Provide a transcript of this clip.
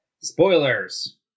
Spoilers